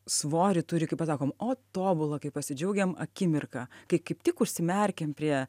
svorį turi kai pasakom o tobula kai pasidžiaugiam akimirka kai kaip tik užsimerkėm prie